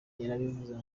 yaravuze